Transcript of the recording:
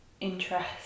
interest